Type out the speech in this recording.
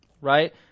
right